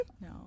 No